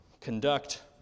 conduct